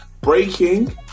Breaking